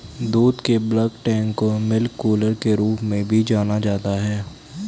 दूध के bulk tank को मिल्क कूलर के रूप में भी जाना जाता है